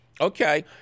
Okay